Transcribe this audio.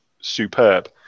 superb